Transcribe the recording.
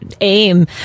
aim